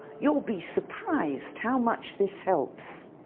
you'll be surprised how much this helps.